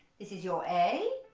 is is your a